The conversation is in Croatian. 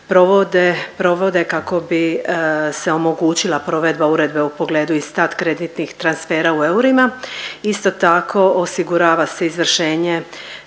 provode kako bi se omogućila provedba uredbe u pogledu instant kreditnih transfera u eurima. Isto tako, osigurava se izvršenje